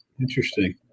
Interesting